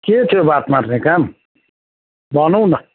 के थियो बात मार्ने काम भनौँ न